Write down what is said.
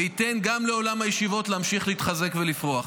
וייתן גם לעולם הישיבות להמשיך להתחזק ולפרוח.